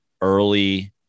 early